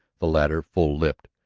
the latter full-lipped,